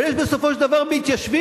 אבל יש בסופו של דבר מתיישבים.